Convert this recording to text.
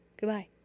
Goodbye